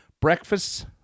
breakfasts